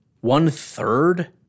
One-third